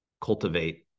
cultivate